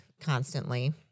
constantly